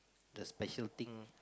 the special thing